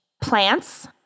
plants